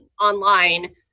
online